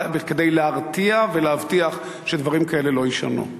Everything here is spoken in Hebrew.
כדי להרתיע ולהבטיח שדברים כאלה לא יישנו.